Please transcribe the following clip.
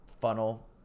funnel